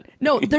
No